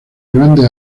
grandes